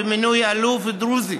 במינוי אלוף דרוזי